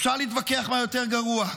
אפשר להתווכח מה יותר גרוע,